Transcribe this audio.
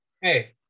Hey